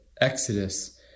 Exodus